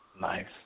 Nice